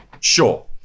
sure